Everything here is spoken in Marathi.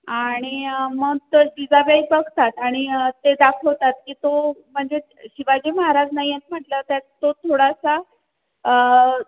आणि मग तं जिजाबाई बघतात आणि ते दाखवतात की तो म्हणजे शिवाजी महाराज नाही आहेत म्हटल्यावर तर तो थोडासा